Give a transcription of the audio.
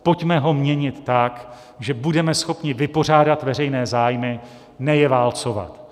Pojďme ho měnit tak, že budeme schopni vypořádat veřejné zájmy, ne je válcovat.